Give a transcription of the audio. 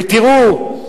ותראו,